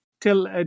till